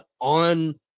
on